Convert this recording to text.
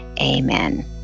Amen